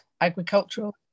agricultural